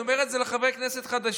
ואני אומר את זה לחברי הכנסת החדשים,